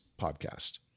podcast